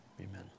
amen